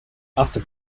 after